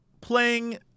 playing